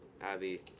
Abby